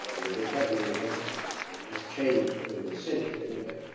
ah the vocabulary has has changed over the century anyway.